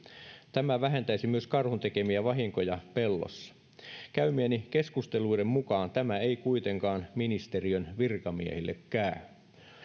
tämä vähentäisi myös karhun tekemiä vahinkoja pellossa käymieni keskusteluiden mukaan tämä ei kuitenkaan ministeriön virkamiehille käy